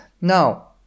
Now